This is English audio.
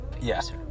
Yes